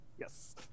Yes